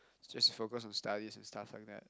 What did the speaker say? just to focus on studies and stuff like that